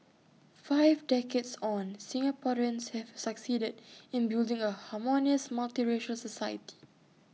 five decades on Singaporeans have succeeded in building A harmonious multiracial society